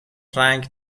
رنگ